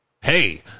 hey